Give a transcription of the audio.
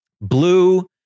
Blue